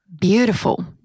beautiful